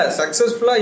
successful